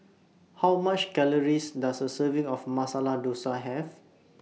How much Calories Does A Serving of Masala Dosa Have